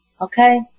Okay